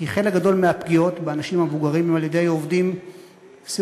כי חלק גדול מהפגיעות באנשים המבוגרים הם על-ידי עובדים סיעודיים,